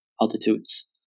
altitudes